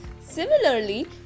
similarly